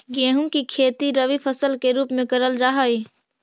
गेहूं की खेती रबी फसल के रूप में करल जा हई